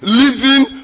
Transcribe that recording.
living